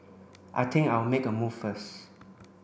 I think I'll make a move first